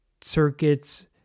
circuits